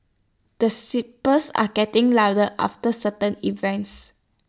the are getting louder after certain events